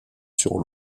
sur